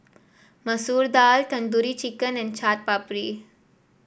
Masoor Dal Tandoori Chicken and Chaat Papri